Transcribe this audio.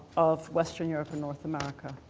of western europe and north america,